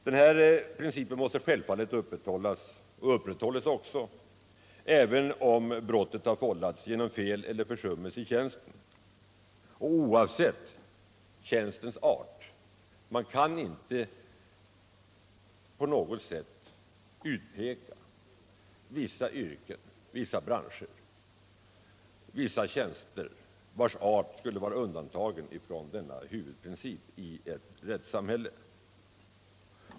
Denna princip måste självfallet upprätthållas — och upprätthålls också — även om brottet har vållats genom fel eller försummelse i tjänsten och oavsett tjänstens art. Man kan inte på något sätt utpeka vissa yrken eller branscher, som skulle vara undantagna från denna huvudprincip i ett rättssamhälle.